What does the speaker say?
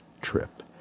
trip